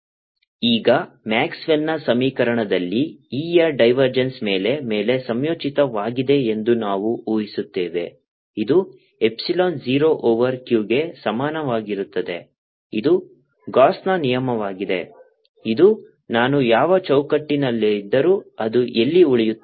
ಈಗ ಮ್ಯಾಕ್ಸ್ವೆಲ್ನ ಸಮೀಕರಣದಲ್ಲಿ E ಯ ಡೈವರ್ಜೆನ್ಸ್ ಮೇಲ್ಮೈ ಮೇಲೆ ಸಂಯೋಜಿತವಾಗಿದೆ ಎಂದು ನಾವು ಊಹಿಸುತ್ತೇವೆ ಇದು ಎಪ್ಸಿಲಾನ್ 0 ಓವರ್ q ಗೆ ಸಮಾನವಾಗಿರುತ್ತದೆ ಇದು ಗಾಸ್Gausssನ ನಿಯಮವಾಗಿದೆ ಇದು ನಾನು ಯಾವ ಚೌಕಟ್ಟಿನಲ್ಲಿದ್ದರೂ ಅದು ಎಲ್ಲಿ ಉಳಿಯುತ್ತದೆ